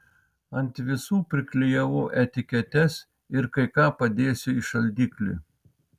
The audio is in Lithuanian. ant visų priklijavau etiketes ir kai ką padėsiu į šaldiklį